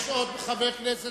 חבר הכנסת